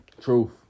Truth